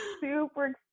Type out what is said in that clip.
super